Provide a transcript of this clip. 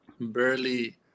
barely